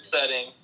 setting